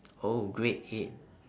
oh grade eight